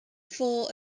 full